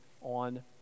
on